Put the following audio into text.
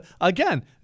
again